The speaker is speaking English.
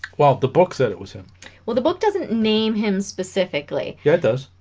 well the book said it was him well the book doesn't name him specifically yeah it does